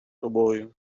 тобою